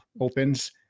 opens